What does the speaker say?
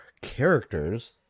characters